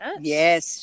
Yes